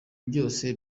byose